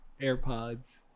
airpods